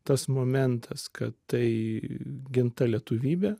tas momentas kad tai ginta lietuvybė